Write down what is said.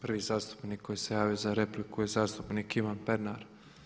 Prvi zastupnik koji se javio za repliku je zastupnik Ivan Pernar.